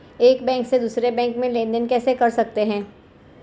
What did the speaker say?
एक बैंक से दूसरे बैंक में लेनदेन कैसे कर सकते हैं?